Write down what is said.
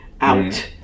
out